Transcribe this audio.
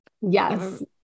Yes